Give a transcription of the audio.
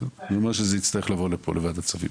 אני אומר שזה יצטרך לבוא לפה לוועדת כספים,